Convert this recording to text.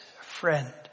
friend